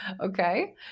Okay